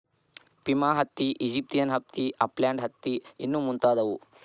Pima ಹತ್ತಿ, Egyptian ಹತ್ತಿ, upland ಹತ್ತಿ ಮುಂತಾದವು